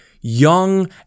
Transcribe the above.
young